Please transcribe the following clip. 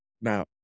Now